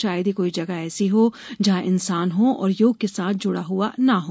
शायद ही कोई जगह ऐसी होगी जहां इंसान हो और योग के साथ जुड़ा हुआ न हो